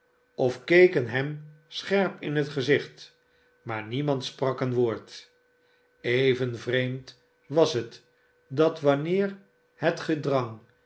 ofkekenhem scherp in het gezicht maar niemand sprak een woord even vreemd was het dat wanneer het gedrang